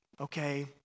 okay